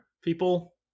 People